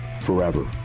forever